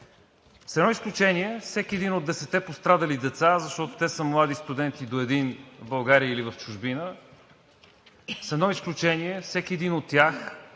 С едно изключение – всеки един от 10-те пострадали деца, защото те са млади студенти до един в България или в чужбина, с едно изключение – всеки един от тях